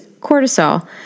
cortisol